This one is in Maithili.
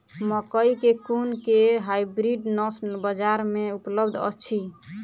मकई केँ कुन केँ हाइब्रिड नस्ल बजार मे उपलब्ध अछि?